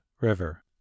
River